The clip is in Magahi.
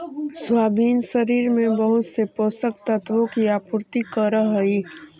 सोयाबीन शरीर में बहुत से पोषक तत्वों की आपूर्ति करअ हई